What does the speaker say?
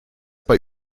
bei